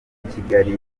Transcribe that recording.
kigali